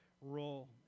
role